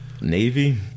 navy